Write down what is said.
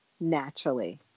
naturally